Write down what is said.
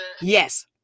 Yes